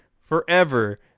forever